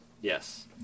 Yes